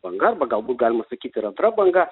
banga arba galbūt galima sakyt ir antra banga